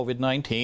COVID-19